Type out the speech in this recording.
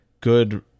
good